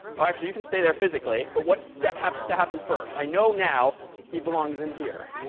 well, actually, you can stay there physically. but what step has to happen first? i know now he belongs in here.